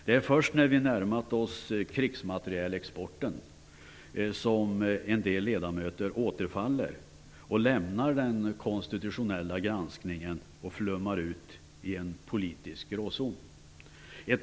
Det är först när vi närmat oss krigsmaterielexporten som en del ledamöter återfaller och lämnar den konstitutionella tanken. De flummar ut i en politisk gråzon.